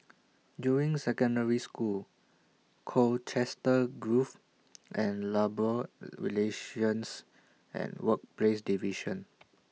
Juying Secondary School Colchester Grove and Labour Relations and Workplaces Division